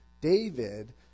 David